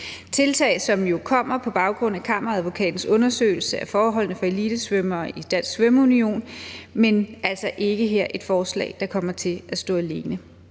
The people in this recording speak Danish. tiltag, som jo kommer på baggrund af Kammeradvokatens undersøgelse af forholdene for elitesvømmere i Dansk Svømmeunion, men altså ikke her et forslag, der kommer til at stå alene.